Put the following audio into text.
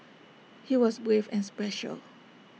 he was brave and special